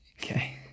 Okay